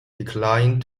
declined